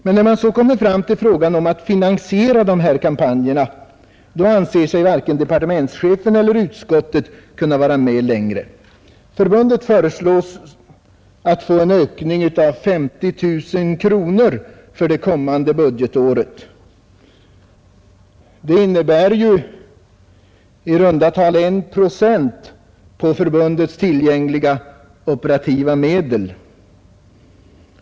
Men när man så kommer fram till frågan om att finansiera dessa kampanjer, då anser sig varken departementschefen eller utskottet kunna vara med längre. Förbundet föreslås få en ökning av 50 000 kronor för det kommande budgetåret. Det innebär i runt tal 1 procent på förbundets tillgängliga operativa medel.